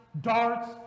darts